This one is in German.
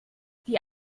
die